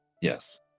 Yes